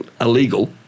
illegal